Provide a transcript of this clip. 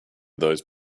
those